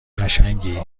قشنگی